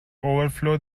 overflow